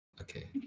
Okay